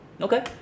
Okay